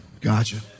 Gotcha